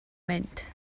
mynd